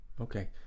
Okay